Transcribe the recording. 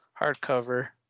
hardcover